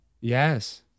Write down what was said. yes